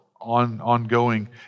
ongoing